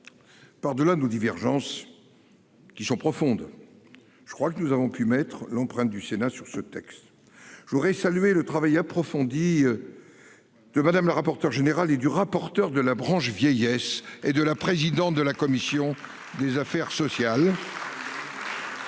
Par delà nos divergences. Qui sont profondes. Je crois que nous avons pu mettre l'empreinte du Sénat sur ce texte. Je voudrais saluer le travail approfondi. De madame la rapporteure générale et du rapport. Auteur de la branche vieillesse et de la présidente de la commission. Des affaires sociales. Parce